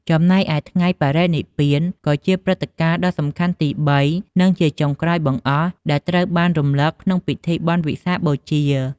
ចំណែកឯថ្ងៃបរិនិព្វាន ក៏ជាព្រឹត្តិការណ៍ដ៏សំខាន់ទីបី និងជាចុងក្រោយបង្អស់ដែលត្រូវបានរំលឹកក្នុងពិធីបុណ្យវិសាខបូជា។